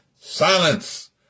silence